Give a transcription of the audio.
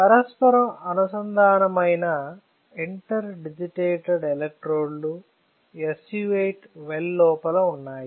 పరస్పర అనుసంధానమైన ఇంటర్డిజిటేటెడ్ ఎలక్ట్రోడ్లు SU 8 వెల్ లోపల ఉన్నాయి